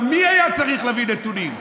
1. מי היה צריך להביא נתונים?